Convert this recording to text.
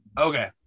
Okay